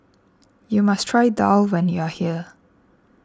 you must try daal when you are here